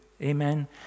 Amen